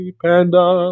panda